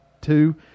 two